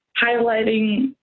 highlighting